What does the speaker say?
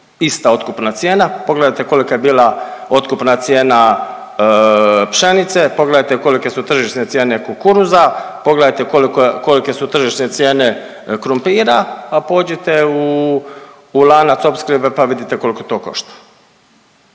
ista otkupna cijena. Pogledajte kolika je bila otkupna cijena pšenice, pogledajte kolike su tržišne cijene kukuruza, pogledajte kolike su tržišne cijene krumpira, pođite u lanac opskrbe pa vidite koliko to košta.